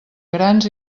grans